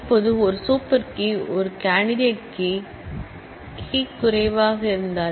இப்போது ஒரு super key கே ஒரு கேண்டிடேட் கீ கே குறைவாக இருந்தால்